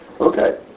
Okay